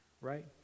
right